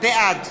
בעד